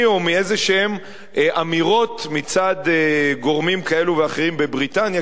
או מאמירות כלשהן מצד גורמים כאלה ואחרים בבריטניה,